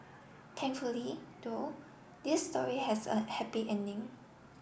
thankfully though this story has a happy ending